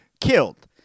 killed